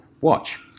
watch